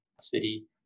city